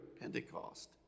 Pentecost